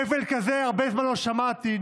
הבל כזה הרבה זמן לא שמעתי,